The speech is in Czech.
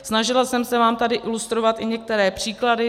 Snažila jsem se vám tady ilustrovat i některé příklady.